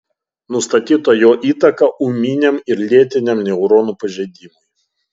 nustatyta jo įtaka ūminiam ir lėtiniam neuronų pažeidimui